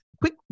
quick